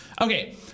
Okay